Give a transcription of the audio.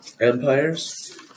empires